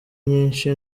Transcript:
nyinshi